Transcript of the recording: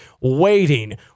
waiting